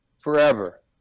forever